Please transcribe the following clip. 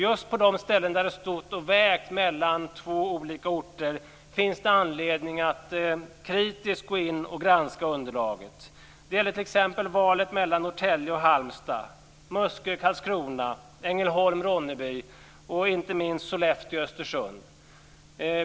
Just på de ställen där det stått och vägt mellan två olika orter finns det anledning att kritiskt gå in och granska underlaget. Det gäller t.ex. valet mellan Norrtälje och Ronneby och inte minst Sollefteå och Östersund.